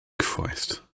Christ